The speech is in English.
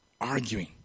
arguing